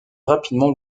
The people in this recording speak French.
rapidement